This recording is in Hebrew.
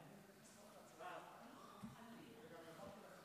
הרווחה והבריאות נתקבלה.